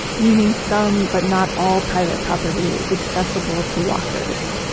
meaning some, but not all private property is accessible to walkers.